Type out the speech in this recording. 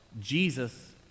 Jesus